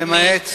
אדוני השר,